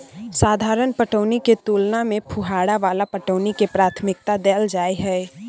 साधारण पटौनी के तुलना में फुहारा वाला पटौनी के प्राथमिकता दैल जाय हय